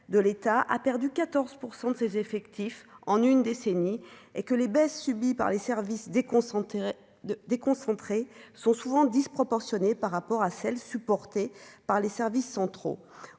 de l'État a perdu 14 % de ses effectifs en une décennie, et que les baisses subies par les services déconcentrés de déconcentrer sont souvent disproportionnés par rapport à celles supportées par les services centraux,